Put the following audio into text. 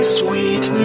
sweet